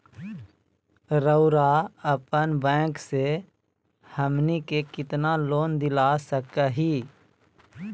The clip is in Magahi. रउरा अपन बैंक से हमनी के कितना लोन दिला सकही?